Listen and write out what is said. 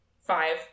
Five